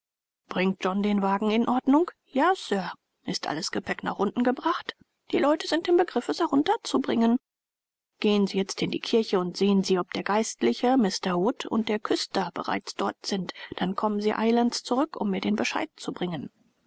bringt john den wagen in ordnung ja sir ist alles gepäck nach unten gebracht die leute sind im begriff es herunterzubringen gehen sie jetzt in die kirche und sehen sie ob der geistliche mr wood und der küster bereits dort sind dann kommen sie eilends zurück um mir den bescheid zu bringen